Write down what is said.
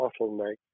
bottleneck